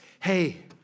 Hey